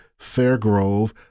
Fairgrove